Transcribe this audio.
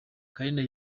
carine